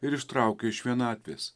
ir ištraukia iš vienatvės